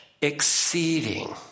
exceeding